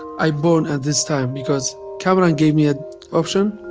i born at this time because kamaran gave me a option.